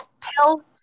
pill